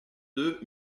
deux